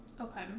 Okay